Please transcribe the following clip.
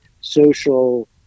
social